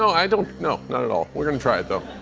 i don't no, not at all. we're gonna try it, though.